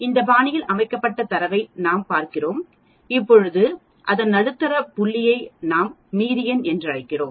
இந்த பாணியில் அமைக்கப்பட்ட தரவை நாம் வருகிறோம் இப்பொழுது அதன் நடுத்தர புள்ளியை நாம் மீடியன் என்று அழைக்கிறோம்